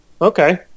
Okay